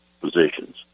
positions